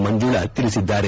ಮಂಜುಳ ತಿಳಿಸಿದ್ದಾರೆ